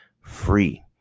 free